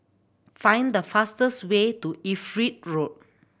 find the fastest way to Everitt Road